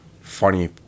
funny